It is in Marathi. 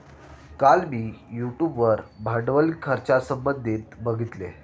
काल मी यूट्यूब वर भांडवल खर्चासंबंधित बघितले